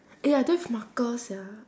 eh I don't have marker sia